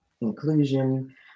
inclusion